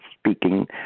speaking